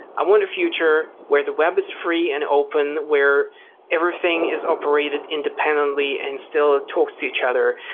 i want a future where the web is free and open, where everything is operated independently and still talks to each other.